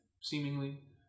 seemingly